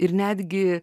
ir netgi